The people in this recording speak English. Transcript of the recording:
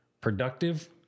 productive